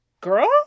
Girl